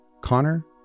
Connor